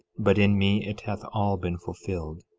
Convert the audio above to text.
but in me it hath all been fulfilled.